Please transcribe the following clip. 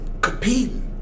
competing